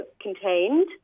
contained